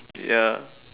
ya